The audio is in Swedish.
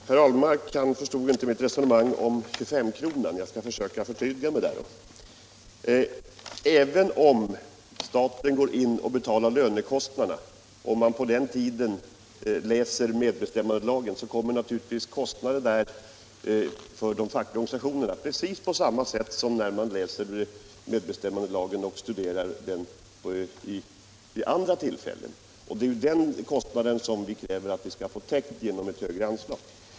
Herr talman! Herr Ahlmark förstod inte mitt resonemang om 25-kronan. Jag skall försöka förtydliga mig. Även om staten går in och betalar lönekostnaderna för den tid man studerar medbestämmandelagen, uppkommer naturligtvis en kostnad för de fackliga organisationerna precis på samma sätt som när man vid andra tillfällen studerar medbestämmandelagen. Den kostnaden kräver vi att få täckt genom ett högre anslag.